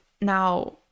now